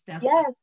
yes